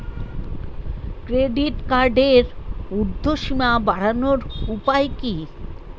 Credit কার্ডের উর্ধ্বসীমা বাড়ানোর উপায় কি?